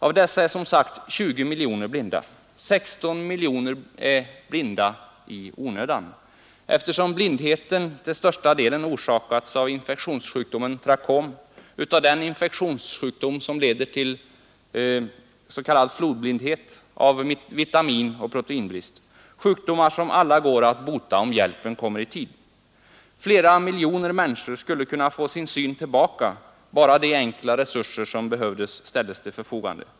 Av dessa är som sagt omkring 20 miljoner blinda, och 16 miljoner av dem är blinda alldeles i onödan, eftersom blindheten till största delen orsakas av infektionssjukdomen trakom, av den infektionssjukdom som leder till s.k. flodblindhet samt av vitaminoch proteinbrist, dvs. sjukdomar som alla går att bota om hjälpen kommer i tid. Flera miljoner människor skulle kunna få sin syn tillbaka, om bara de enkla resurser som behövs ställdes till förfogande.